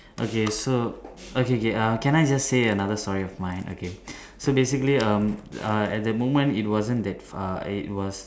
okay so okay K K uh can I just say another story of mine okay so basically um uh at the moment it wasn't that far uh it was